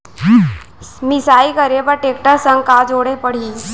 मिसाई करे बर टेकटर संग का जोड़े पड़ही?